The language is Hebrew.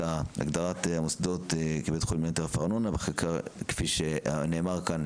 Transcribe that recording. הגדרת המוסדות כ-"בית חולים" --- כפי שנאמר כאן,